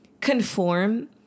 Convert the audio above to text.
conform